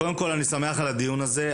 קודם כל אני שמח על הדיון הזה,